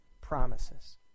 promises